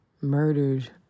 murdered